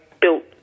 built